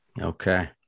Okay